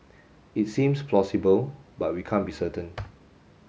it seems plausible but we can't be certain